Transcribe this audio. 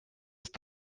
ist